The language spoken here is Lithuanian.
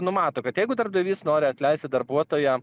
numato kad jeigu darbdavys nori atleisti darbuotoją